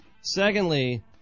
Secondly